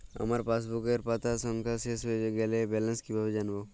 আমার পাসবুকের পাতা সংখ্যা শেষ হয়ে গেলে ব্যালেন্স কীভাবে জানব?